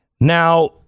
Now